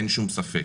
אין שום ספק.